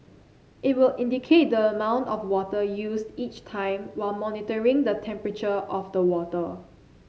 it will indicate the amount of water used each time while monitoring the temperature of the water